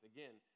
Again